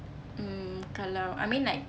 mm kalau I mean like